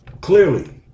clearly